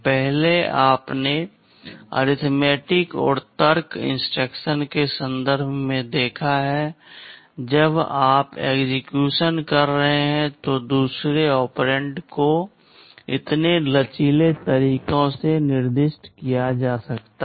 पहले आपने अरिथमेटिक और तर्क इंस्ट्रक्शंस के संदर्भ में देखा है जब आप एक्सेक्यूशन कर रहे हैं तो दूसरे ऑपरेंड को इतने लचीले तरीकों से निर्दिष्ट किया जा सकता है